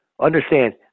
understand